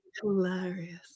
Hilarious